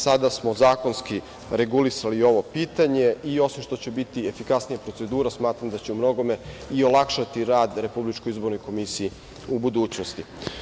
Sada smo zakonski regulisali i ovo pitanje i osim što će biti efikasnija procedura, smatram da će umnogome i olakšati rad RIK u budućnosti.